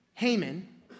Haman